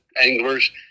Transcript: anglers